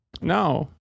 No